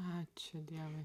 ačiū dievui